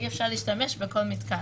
אי-אפשר להשתמש בכל מתקן.